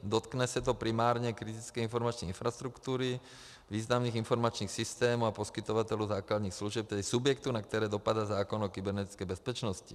Dotkne se to primárně kritické informační infrastruktury, významných informačních systémů a poskytovatelů základních služeb, tedy subjektů, na které dopadl zákon o kybernetické bezpečnosti.